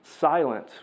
silent